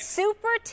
super